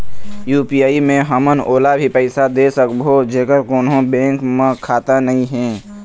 UPI मे हमन ओला भी पैसा दे सकबो जेकर कोन्हो बैंक म खाता नई हे?